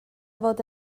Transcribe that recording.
fod